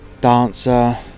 dancer